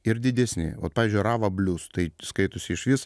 ir didesni vat pavyzdžiui rava blues tai skaitosi išvis